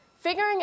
figuring